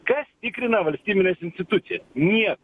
kas tikrina valstybines institucijas nieks